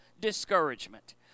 discouragement